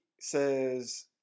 says